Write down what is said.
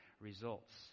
results